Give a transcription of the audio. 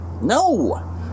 No